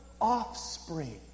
offspring